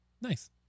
Nice